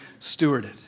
stewarded